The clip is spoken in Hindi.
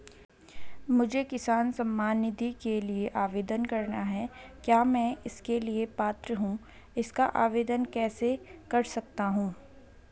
मुझे किसान सम्मान निधि के लिए आवेदन करना है क्या मैं इसके लिए पात्र हूँ इसका आवेदन कैसे कर सकता हूँ?